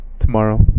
tomorrow